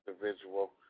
individual